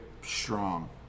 strong